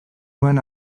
nuen